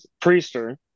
Priester